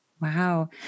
Wow